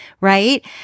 right